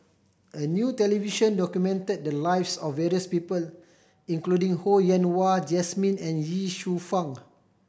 a new television documented the lives of various people including Ho Yen Wah Jesmine and Ye Shufang